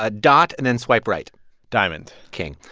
ah dot and then swipe right diamond king.